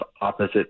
opposite